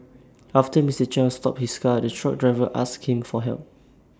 after Mr Chiang stopped his car the truck driver asked him for help